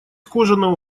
кожаного